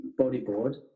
bodyboard